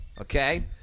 okay